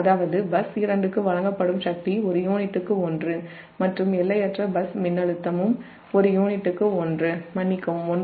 அதாவது பஸ் 2 க்கு வழங்கப்படும் சக்தி ஒரு யூனிட்டுக்கு 1 மற்றும் எல்லையற்ற பஸ் மின்னழுத்தமும் ஒரு யூனிட்டுக்கு 1∟0 மற்றும் 0